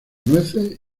nueces